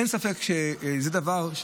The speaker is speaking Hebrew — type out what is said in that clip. אין ספק שזה דבר,